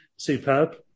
Superb